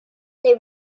they